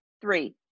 three